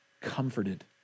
comforted